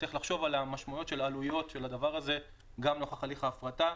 צריך לחשוב על המשמעויות של העלויות של הדבר הזה גם נוכח הליך ההפרטה,